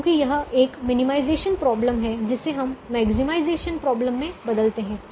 क्योंकि यह एक मिनिमाइजेशन प्रॉब्लम है जिसे हम मैक्सीमाइजेशन प्रॉब्लम में बदलते हैं